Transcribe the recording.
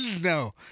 No